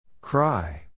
Cry